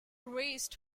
raised